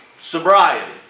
Sobriety